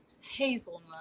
Hazelnut